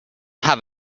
have